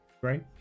Great